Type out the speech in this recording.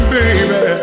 baby